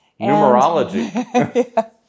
Numerology